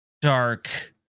dark